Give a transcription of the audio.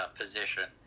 position